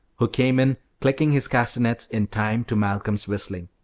who came in clicking his castanets in time to malcolm's whistling.